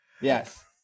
Yes